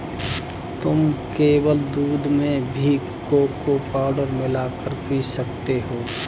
तुम केवल दूध में भी कोको पाउडर मिला कर पी सकते हो